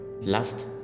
last